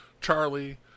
Charlie